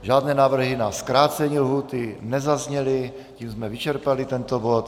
Žádné návrhy na zkrácení lhůty nezazněly, tím jsme vyčerpali tento bod.